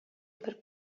бер